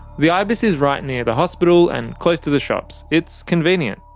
the ibis is right near the hospital and close to the shops it's convenient.